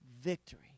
victory